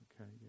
okay